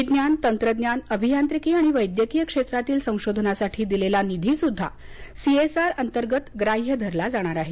विज्ञान तंत्रज्ञान अभियांत्रिकी आणि वैद्यकीय क्षेत्रातील संशोधनासाठी दिलेला निधीसुद्धा सीएसआर अंतर्गत ग्राह्य धरला जाणार आहे